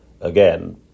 again